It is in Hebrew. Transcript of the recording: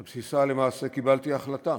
ועל בסיסה למעשה קיבלתי החלטה